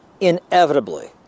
Inevitably